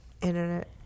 internet